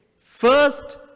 first